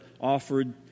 offered